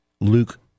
Luke